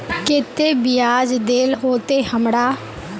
केते बियाज देल होते हमरा?